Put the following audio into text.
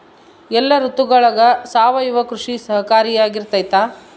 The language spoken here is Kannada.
ಎಲ್ಲ ಋತುಗಳಗ ಸಾವಯವ ಕೃಷಿ ಸಹಕಾರಿಯಾಗಿರ್ತೈತಾ?